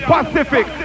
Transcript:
Pacific